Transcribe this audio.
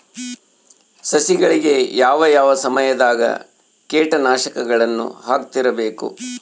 ಸಸಿಗಳಿಗೆ ಯಾವ ಯಾವ ಸಮಯದಾಗ ಕೇಟನಾಶಕಗಳನ್ನು ಹಾಕ್ತಿರಬೇಕು?